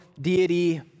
deity